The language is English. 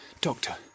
Doctor